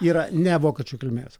yra ne vokiečių kilmės